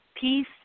peace